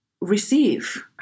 receive